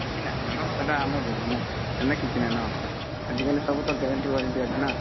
କିଛି ନାଇଁ ହେ ମ୍ୟାଡ଼ମ୍ ସେଇଟା ଆମେ ବୁଝିମୁଁ ସେନେ କିଛି ନାଇଁନ ଆଜିକାଲି ସବୁ ତ ଗ୍ୟାରେଣ୍ଟି ୱାରେଣ୍ଟି ଅଛି ନା